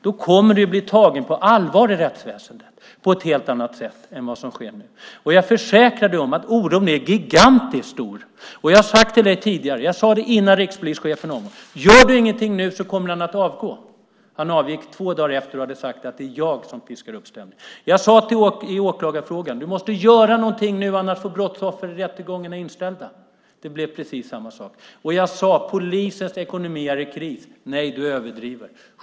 Då kommer du att bli tagen på allvar i rättsväsendet på ett helt annat sätt än vad som sker nu. Jag försäkrar dig att oron är gigantiskt stor. Jag sade till dig tidigare om rikspolischefen: Gör du ingenting nu kommer han att avgå. Han avgick två dagar efter. Du har sagt att det är jag som piskar upp stämningen. Jag sade i åklagarfrågan: Du måste göra någonting nu, annars får brottsoffren rättegångarna inställda. Det blev precis så. Jag sade: Polisens ekonomi är i kris. Nej, du överdriver, sade du.